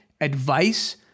Advice